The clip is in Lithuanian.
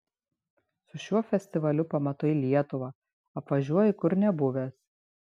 su šiuo festivaliu pamatai lietuvą apvažiuoji kur nebuvęs